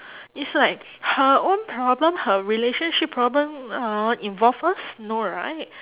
is like her own problem her relationship problem hor involve us no right